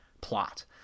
plot